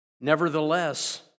Nevertheless